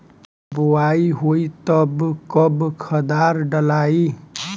बोआई होई तब कब खादार डालाई?